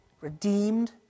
redeemed